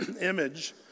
image